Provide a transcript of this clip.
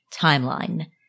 timeline